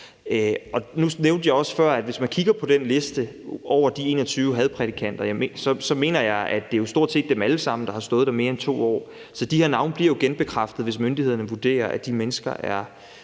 sig. Nu nævnte jeg også før, at hvis man kigger på den liste over de 21 hadprædikanter, så mener jeg, at det stort set er dem alle sammen, der har stået der mere end 2 år. Så de her navne bliver jo genbekræftet, hvis myndighederne vurderer, at de mennesker er